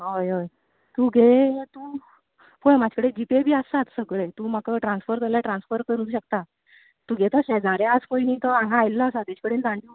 हय हय तुगेलो तूं पय म्हाज कडेन जी पेय बी आसता सगळें तूं म्हाका ट्रान्सफर कर जाल्यार ट्रान्सफर करूंक शकता तुगे तो शेजाऱ्या आस पय न्ही तो हांगा आयल्लो आसा तेजे कडेन धाडून दीवं